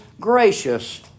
gracious